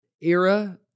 era